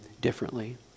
differently